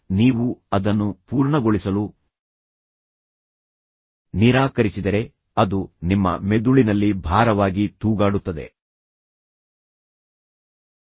ನೀವು ಅದನ್ನು ಪೂರ್ಣಗೊಳಿಸಲು ನಿರಾಕರಿಸಿದರೆ ನೀವು ನೆನಪಿನಲ್ಲಿಟ್ಟುಕೊಳ್ಳಬೇಕಾದ ಎರಡನೇ ಅಂಶವೆಂದರೆ ನೀವು ಅದನ್ನು ಪೂರ್ಣಗೊಳಿಸಲು ನಿರಾಕರಿಸಿದರೆ ಅದು ನಿಮ್ಮ ಮೆದುಳಿನಲ್ಲಿ ಭಾರವಾಗಿ ತೂಗಾಡುತ್ತದೆ ಇದರಿಂದಾಗಿ ನೀವು ಗಮನ ಕೇಂದ್ರೀಕರಿಸಲು ಮೆದುಳಿನಲ್ಲಿ ಕಡಿಮೆ ಜಾಗವನ್ನು ಹೊಂದಿರುತ್ತೀರಿ